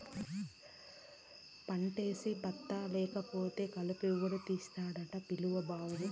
పంటేసి పత్తా లేకపోతే కలుపెవడు తీస్తాడట పిలు బావని